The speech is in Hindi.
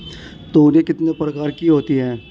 तोरियां कितने प्रकार की होती हैं?